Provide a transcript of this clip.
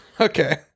Okay